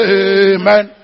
amen